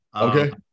Okay